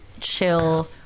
chill